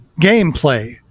gameplay